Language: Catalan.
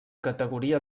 categoria